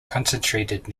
concentrated